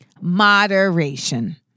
Moderation